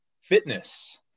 Fitness